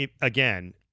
again